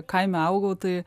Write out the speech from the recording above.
kaime augau tai